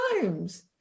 times